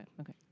Okay